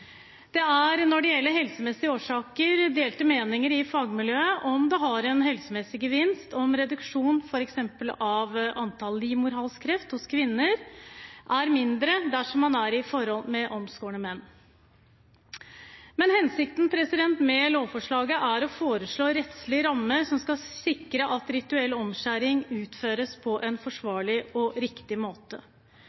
helsemessige årsaker. Når det gjelder helsemessige årsaker, er det delte meninger i fagmiljøet om hvorvidt det har en helsemessig gevinst, og om f.eks. antallet tilfeller av livmorhalskreft hos kvinner er lavere dersom man er i et forhold med omskårne menn. Men hensikten med lovforslaget er å foreslå rettslige rammer som skal sikre at rituell omskjæring utføres på en